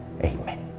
amen